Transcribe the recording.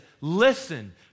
listen